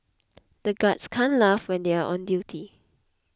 the guards can't laugh when they are on duty